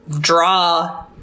draw